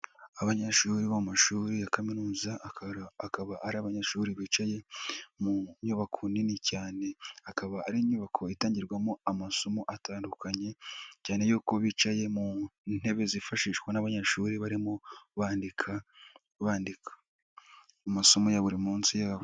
Abanyeshuri bo mu mashuri ya kaminuza akaba ari abanyeshuri bicaye mu nyubako nini cyane. Akaba ari inyubako itangirwamo amasomo atandukanye cyane yuko bicaye mu ntebe zifashishwa n'abanyeshuri barimo bandika, bandika mu masomo ya buri munsi yabo.